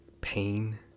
pain